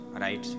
right